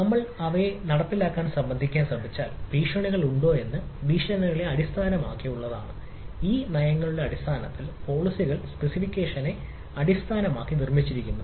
നമ്മൾ അവയെ തമ്മിൽ ബന്ധിപ്പിച്ചാൽ ഭീഷണികൾ ഉണ്ടോയെന്നത് ഭീഷണികളെ അടിസ്ഥാനമാക്കിയുള്ളതാണ് നയങ്ങളുടെ അടിസ്ഥാനത്തിലുള്ളതാണ് പോളിസികൾ സ്പെസിഫിക്കേഷനെ അടിസ്ഥാനമാക്കി നിർമ്മിച്ചിരിക്കുന്നത്